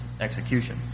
execution